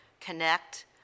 connect